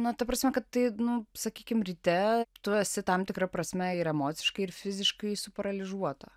na ta prasme kad tai nu sakykim ryte tu esi tam tikra prasme ir emociškai ir fiziškai suparalyžiuota